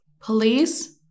Police